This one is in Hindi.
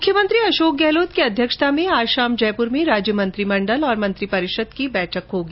मुख्यमंत्री अशोक गहलोत की अध्यक्षता में आज शाम जयपुर में राज्य मंत्रिमंडल और मंत्री परिषद की बैठक होगी